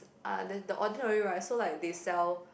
uh the the ordinary right so like they sell